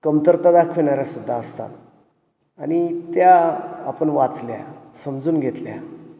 कमतरता दााखविणाऱ्यासुद्धा असतात आणि त्या आपण वाचल्या समजून घेतल्या